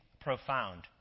profound